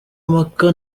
impaka